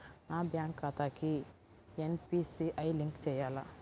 నా బ్యాంక్ ఖాతాకి NPCI link చేయాలా?